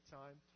time